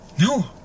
No